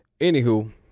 anywho